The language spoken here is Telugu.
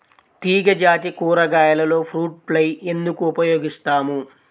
తీగజాతి కూరగాయలలో ఫ్రూట్ ఫ్లై ఎందుకు ఉపయోగిస్తాము?